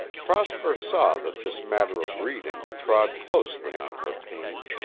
prosper saw that this matter of reading trod closely on her pain.